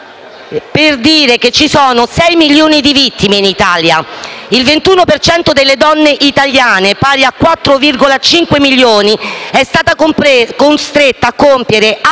ricordare che ci sono 6 milioni di vittime in Italia. Il 21 per cento delle donne italiane, pari a 4,5 milioni, è stato costretto a compiere